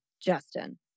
Justin